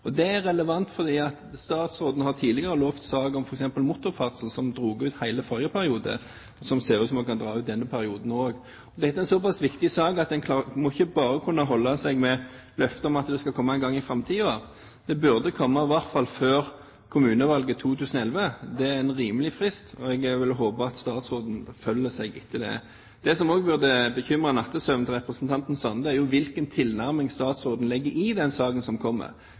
Det er relevant fordi statsråden tidligere har lovet f.eks. sak om motorferdsel, som dro ut hele forrige periode, og som ser ut som om den kan dra ut denne perioden også. Dette er en såpass viktig sak at en ikke bare må kunne holde seg med løfter om at man skal komme i gang en gang i framtiden. Den burde komme i alle fall før kommunevalget 2011. Det er en rimelig frist, og jeg vil håpe at statsråden følger det. Det som også burde forstyrre nattesøvnen til representanten Sande, er hvilken tilnærming statsråden legger i den saken som kommer,